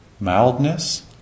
mildness